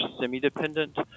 semi-dependent